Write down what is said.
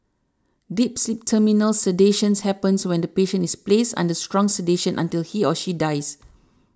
deep sleep terminal sedation happens when the patient is placed under strong sedation until he or she dies